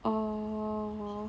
orh